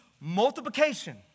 multiplication